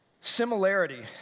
Similarity